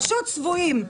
פשוט צבועים.